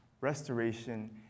restoration